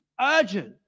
urgent